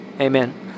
Amen